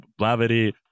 Blavity